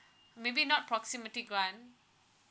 maybe not proximity grants